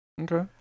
Okay